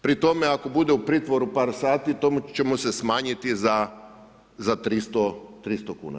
Pri tome, ako bude u pritvoru par sati to će mu se smanjiti za 300 kuna.